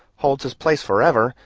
holds his place forever,